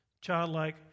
childlike